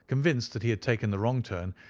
convinced that he had taken the wrong turn,